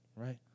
right